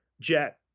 jet